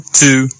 two